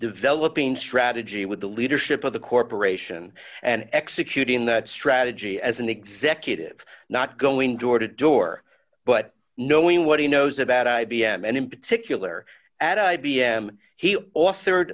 developing strategy with the leadership of the corporation and executing that strategy as an executive not going door to door but knowing what he knows about i b m and in particular at i b m he authored